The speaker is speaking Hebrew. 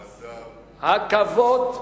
בנימוס, באיפוק,